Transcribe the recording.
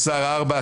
4 בעד,